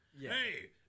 Hey